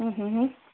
ಹ್ಞೂ ಹ್ಞೂ ಹ್ಞೂ